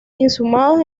inhumados